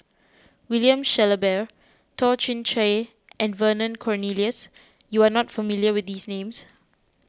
William Shellabear Toh Chin Chye and Vernon Cornelius you are not familiar with these names